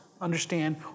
understand